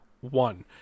one